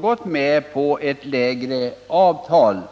gått med på en rabattering av energin.